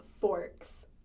Forks